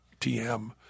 TM